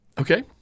Okay